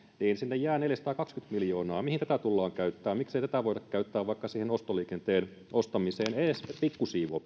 sinne jää neljäsataakaksikymmentä miljoonaa mihin tätä tullaan käyttämään miksei tätä voida käyttää vaikka siihen ostoliikenteen ostamiseen edes pikku siivu